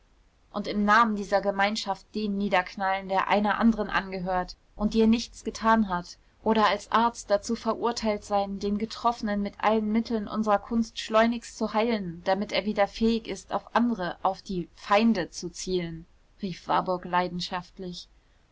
und im namen dieser gemeinschaft den niederknallen der einer anderen angehört und dir nichts getan hat oder als arzt dazu verurteilt sein den getroffenen mit allen mitteln unserer kunst schleunigst zu heilen damit er wieder fähig ist auf andere auf die feinde zu zielen rief warburg leidenschaftlich